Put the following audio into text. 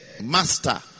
Master